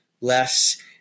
less